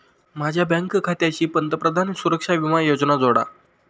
माझ्या बँक खात्याशी पंतप्रधान सुरक्षा विमा योजना जोडा